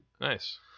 Nice